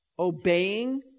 obeying